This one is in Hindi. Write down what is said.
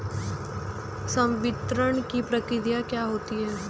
संवितरण की प्रक्रिया क्या होती है?